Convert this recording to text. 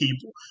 people